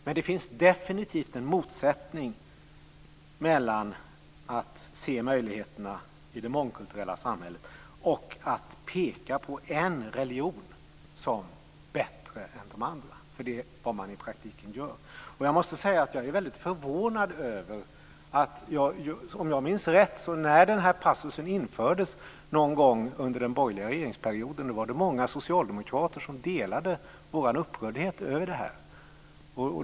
Men det finns definitivt en motsättning mellan att se möjligheterna i det mångkulturella samhället och att peka ut en religion som bättre än de andra. Det är det man i praktiken gör. När den här passusen infördes någon gång under den borgerliga regeringsperioden var det, om jag minns rätt, många socialdemokrater som delade vår upprördhet över detta.